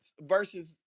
versus